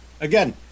again